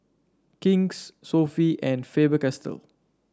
King's Sofy and Faber Castell